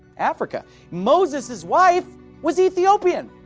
africa. moses' wife was ethiopian.